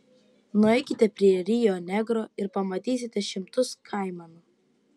nueikite prie rio negro ir pamatysite šimtus kaimanų